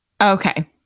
Okay